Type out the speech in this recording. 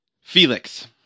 Felix